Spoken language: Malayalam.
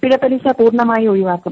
പിഴപ്പലിശ പൂർണമായി ഒഴിവാക്കും